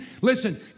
Listen